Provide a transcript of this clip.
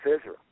Israel